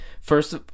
first